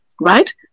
right